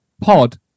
pod